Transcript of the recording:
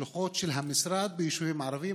שלוחות של המשרד ביישובים הערביים?